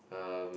um